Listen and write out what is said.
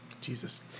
Jesus